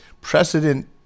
precedent